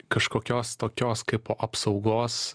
kažkokios tokios kaipo apsaugos